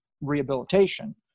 rehabilitation